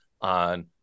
on